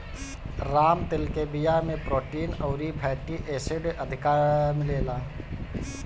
राम तिल के बिया में प्रोटीन अउरी फैटी एसिड अधिका मिलेला